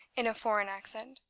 in a foreign accent.